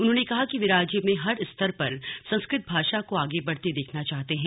उन्होंने कहा कि वे राज्य में हर स्तर पर संस्कृत भाषा को आगे बढ़ते देखना चाहते हैं